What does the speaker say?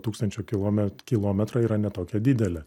tūkstančio kilome kilometrą yra ne tokia didelė